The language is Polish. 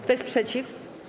Kto jest przeciw?